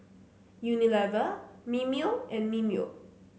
Unilever Mimeo and Mimeo